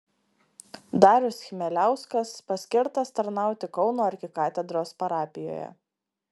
darius chmieliauskas paskirtas tarnauti kauno arkikatedros parapijoje